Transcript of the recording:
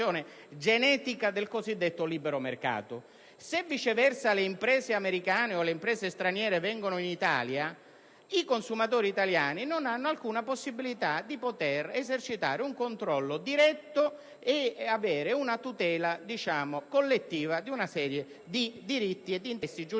Se, viceversa, le imprese americane o straniere vengono in Italia, i consumatori italiani non hanno alcuna possibilità di esercitare un controllo diretto e avere una tutela collettiva di una serie di diritti e di interessi giuridicamente